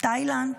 תאילנד,